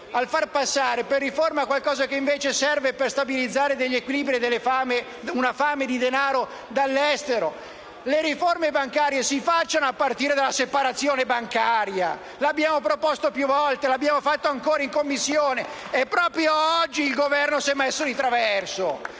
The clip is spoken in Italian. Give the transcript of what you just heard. far passare come riforma qualcosa che invece serve per stabilizzare alcuni equilibri e una fame di denaro dall'estero. Le riforme bancarie si facciano a partire dalla separazione bancaria! L'abbiamo proposto più volte e ancora in Commissione e proprio oggi il Governo si è messo di traverso.